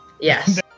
Yes